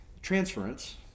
transference